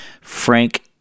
frank